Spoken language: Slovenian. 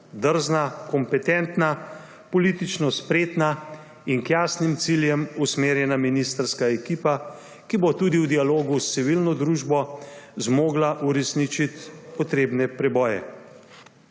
drzna, kompetentna, politično spretna in k jasnim ciljem usmerjena ministrska ekipa, ki bo tudi v dialogu s civilno družbo zmogla uresničiti potrebne preboje.